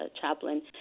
chaplain